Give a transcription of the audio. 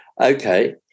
Okay